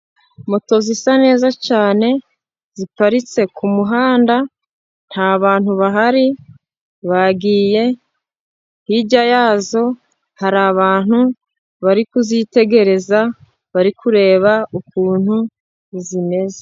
Moto zisa neza cyane, ziparitse ku muhanda nta bantu bahari bagiye, hirya yazo hari abantu bari kuzitegereza, bari kureba ukuntu zimeze.